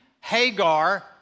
Hagar